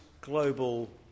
global